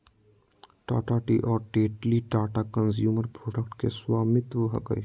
Tata tea और Tetley Tata consumer products के स्वामित्व हकय